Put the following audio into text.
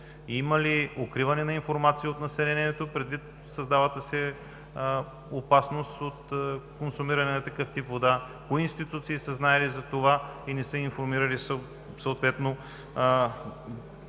има ли укриване на информация от населението, предвид създалата се опасност от консумиране на такъв вид вода? Кои институции са знаели за това и не са информирали съответно